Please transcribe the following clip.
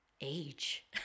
age